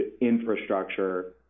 infrastructure